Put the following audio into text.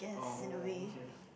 oh okay